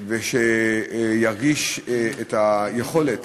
כדי שירגיש את היכולת